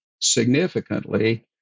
significantly